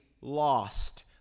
lost